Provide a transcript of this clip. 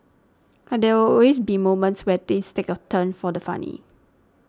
but there always be moments where things take a turn for the funny